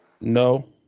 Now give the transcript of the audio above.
No